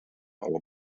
old